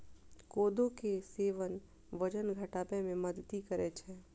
कोदो के सेवन वजन घटाबै मे मदति करै छै